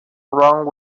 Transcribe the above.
wrong